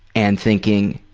and thinking